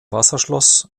wasserschloss